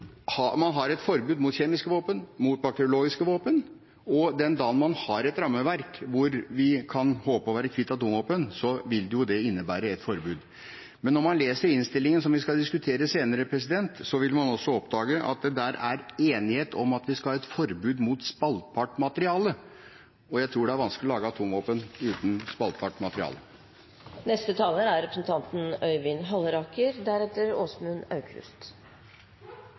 har et rammeverk hvor vi kan håpe på å være kvitt atomvåpen, vil jo det innebære et forbud. Når man leser innstillingen som man skal diskutere senere, vil man også oppdage at det der er enighet om at vi skal ha et forbud mot spaltbart materiale. Og jeg tror det er vanskelig å lage atomvåpen uten spaltbart materiale. Jeg må nok si at jeg er